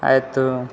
ಆಯಿತು